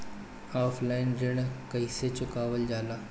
Offline ऋण कइसे चुकवाल जाला?